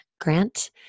Grant